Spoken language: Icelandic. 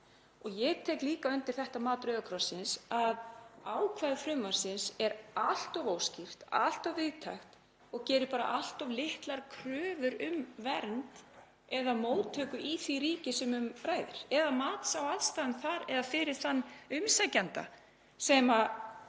Ég tek líka undir það mat Rauða krossins að ákvæði frumvarpsins er allt of óskýrt, allt of víðtækt og gerir bara allt of litlar kröfur um vernd eða móttöku í því ríki sem um ræðir, um mat á aðstæðum þar eða fyrir þann umsækjanda sem